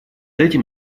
этим